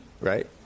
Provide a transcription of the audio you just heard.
right